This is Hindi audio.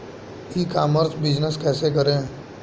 ई कॉमर्स बिजनेस कैसे करें?